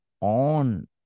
on